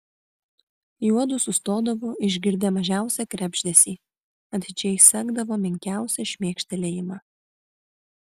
juodu sustodavo išgirdę mažiausią krebždesį atidžiai sekdavo menkiausią šmėkštelėjimą